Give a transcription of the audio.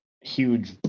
huge